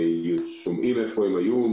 שומעים איפה הם היו,